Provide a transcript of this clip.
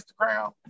Instagram